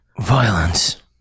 Violence